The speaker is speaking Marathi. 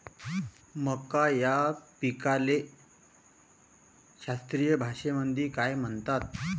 मका या पिकाले शास्त्रीय भाषेमंदी काय म्हणतात?